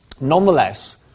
Nonetheless